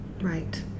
Right